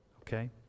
okay